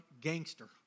gangster